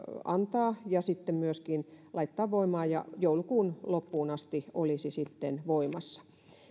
antaa ja sitten myöskin laittaa voimaan ja joulukuun loppuun asti olisi sitten voimassa